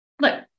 look